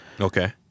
Okay